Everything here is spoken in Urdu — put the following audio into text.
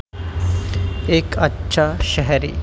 ایک اچھا شہری